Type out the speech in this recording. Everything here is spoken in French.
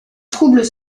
troubles